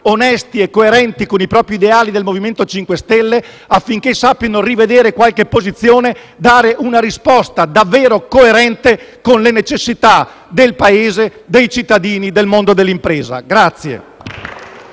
onesti e coerenti con i propri ideali, affinché sappiano rivedere qualche posizione e dare una risposta davvero coerente con le necessità del Paese, dei cittadini e del mondo delle imprese.